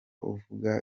uvuga